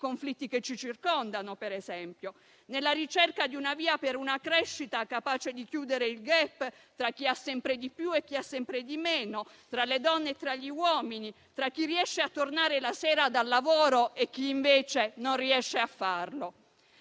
conflitti che ci circondano, per esempio nella ricerca di una via per una crescita capace di chiudere il *gap* tra chi ha sempre di più e chi ha sempre di meno, tra le donne e tra gli uomini, tra chi riesce a tornare la sera dal lavoro e chi invece non riesce a farlo.